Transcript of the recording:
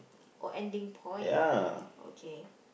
oh ending point okay